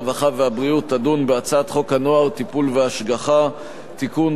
הרווחה והבריאות תדון בהצעת חוק הנוער (טיפול והשגחה) (תיקון,